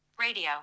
Radio